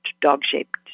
dog-shaped